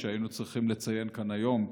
שהיינו צריכים לציין כאן היום.